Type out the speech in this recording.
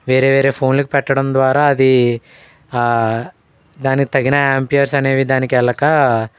వేరే వేరే ఫోన్లకి పెట్టడం ద్వారా అది దానికి తగిన యాంపియర్స్ అనేవి దానికి వెళ్ళకా